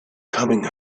coming